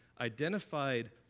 identified